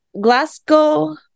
Glasgow